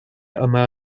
yma